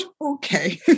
okay